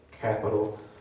capital